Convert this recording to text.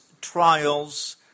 trials